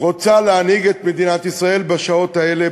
רוצה להנהיג את מדינת ישראל בשעות האלה,